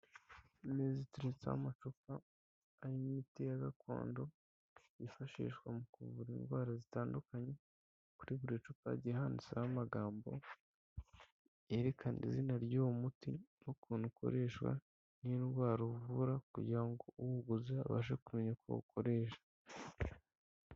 Ameza ateretseho amacupa arimo imiti ya gakondo, yifashishwa mu kuvura indwara zitandukanye, kuri buri cupa hagiye handitseho amagambo, yerekana izina ry'uwo muti n'ukuntu ukoreshwa n'indwara uvura kugira ngo uwuguze, abashe kumenya uko awukoresha.